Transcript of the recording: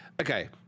okay